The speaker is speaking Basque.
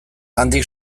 handik